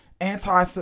anti